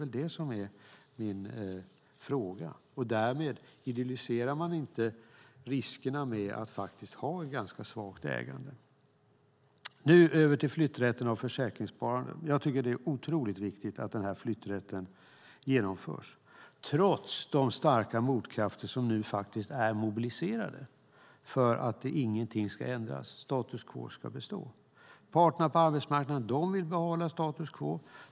Det är min fråga. Och idylliserar man därmed inte riskerna med att ha ett ganska svagt ägande? Nu går jag över till frågan om flytträtten för försäkringssparande. Jag tycker att det är otroligt viktigt att flytträtten blir verklighet, trots de stora motkrafter som nu mobiliseras för att ingenting ska ändras och status quo ska bestå. Parterna på arbetsmarknaden vill behålla status quo.